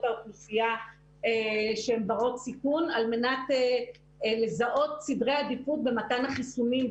האוכלוסייה שהן ברות סיכון על מנת לזהות סדרי עדיפות במתן החיסונים,